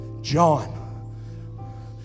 John